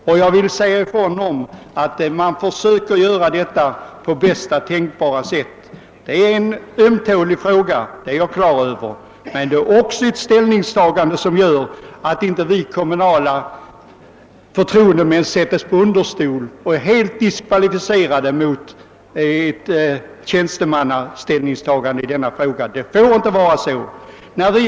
Man försöker också göra detta på bästa tänkbara sätt. Att detta är en ömtålig fråga har jag klart för mig, men det gäller också att våra kommunala förtroendemän inte sätts på understol och är helt diskvalificerade i jämförelse med tjänstemännen. Det får inte vara så.